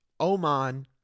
Oman